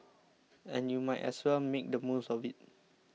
and you might as well make the most of it